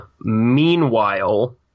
meanwhile